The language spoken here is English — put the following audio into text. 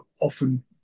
often